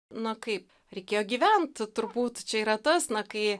na kaip reikėjo gyvent turbūt čia yra tas na kai